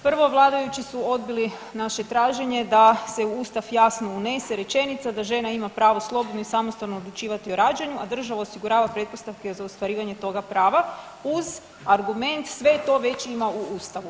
Prvo, vladajući su odbili naše traženje da se u Ustav jasno unese rečenica da žena ima pravo slobodno i samostalno odlučivati o rađanju, a država osigurava pretpostavke za ostvarivanje toga prava uz argument sve to već ima u Ustavu.